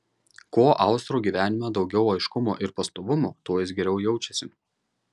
kuo austro gyvenime daugiau aiškumo ir pastovumo tuo jis geriau jaučiasi